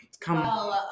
Come